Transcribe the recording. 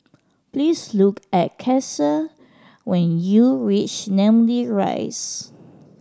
please look for Ceasar when you reach Namly Rise